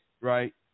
right